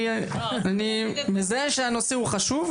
כי אני מזהה שהנושא הוא חשוב,